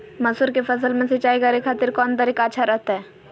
मसूर के फसल में सिंचाई करे खातिर कौन तरीका अच्छा रहतय?